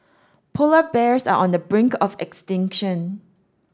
polar bears are on the brink of extinction